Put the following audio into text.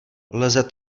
lze